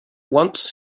once